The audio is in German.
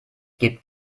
gibt